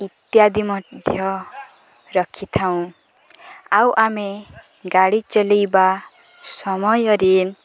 ଇତ୍ୟାଦି ମଧ୍ୟ ରଖିଥାଉଁ ଆଉ ଆମେ ଗାଡ଼ି ଚଲେଇବା ସମୟରେ